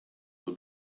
will